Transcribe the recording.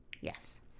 Yes